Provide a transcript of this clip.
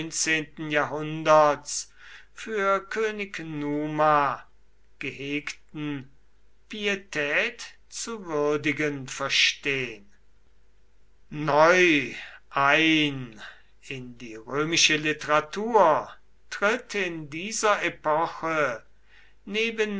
neunzehnten jahrhunderts für könig numa gehegten pietät zu würdigen verstehen neu ein in die römische literatur tritt in dieser epoche neben